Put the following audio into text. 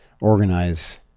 Organize